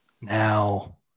now